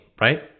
right